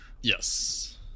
Yes